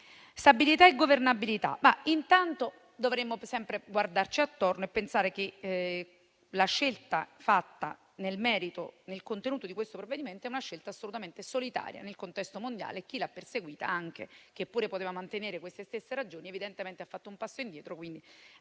stabilità e governabilità, intanto dovremmo sempre guardarci attorno e pensare che la scelta fatta nel merito e nel contenuto da questo provvedimento è assolutamente solitaria nel contesto mondiale. Chi l'ha perseguita, che pure poteva avere le nostre stesse ragioni, evidentemente ha fatto un passo indietro,